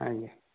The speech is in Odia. ଆଜ୍ଞା